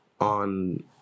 on